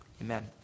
Amen